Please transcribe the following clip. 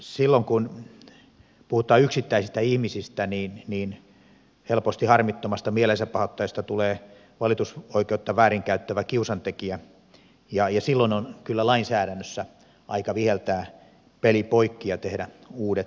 silloin kun puhutaan yksittäisistä ihmisistä helposti harmittomasta mielensäpahoittajasta tulee valitusoikeutta väärinkäyttävä kiusantekijä ja silloin on kyllä lainsäädännössä aika viheltää peli poikki ja tehdä uudet säännöt